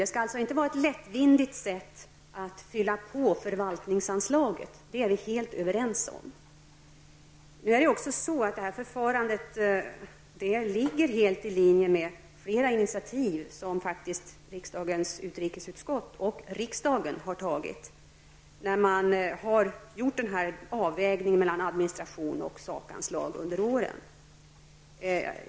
Det skall alltså inte vara ett lättvindigt sätt att fylla på förvaltningsanslaget. Det är vi helt överens om. Detta förfarande ligger helt i linje med flera initiativ som faktiskt riksdagens utrikesutskott har tagit och som riksdagen har fattat beslut om. Denna avvägning mellan administration och sakanslaget har gjorts under åren.